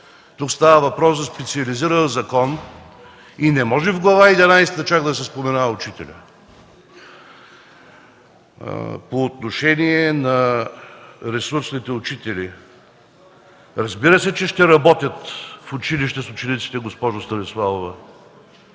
Тук става въпрос за специализиран закон и не може чак в Глава единадесета да се споменава учителят. По отношение на ресурсните учители. Разбира се, че ще работят в училище с учениците, госпожо Станиславова.